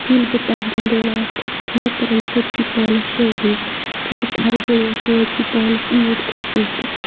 ییٚلہِ بہٕ تَتھ گَنٛڈولاہَس کھٔژٕس مےٚ کٔرٕن سٲرسٕے پانَس شِورِنٛگ تھَرٕ تھَرٕ گٔے مےٚ سٲرسٕے پانَس یوٗت کھوٗژٕس بہٕ